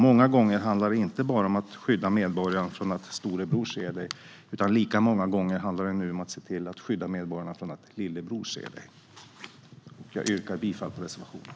Många gånger handlar det inte bara om att skydda medborgarna från att storebror ser dem, utan lika ofta handlar det nu om att se till att skydda medborgarna från att lillebror ser dem. Jag yrkar bifall till reservationen.